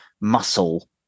muscle